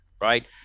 right